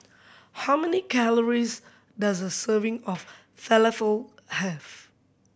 how many calories does a serving of Falafel have